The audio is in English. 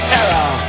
error